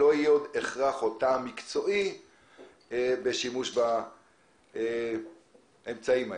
לא יהיה עוד הכרח או טעם מקצועי בשימוש באמצעים האלה.